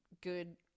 good